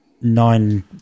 nine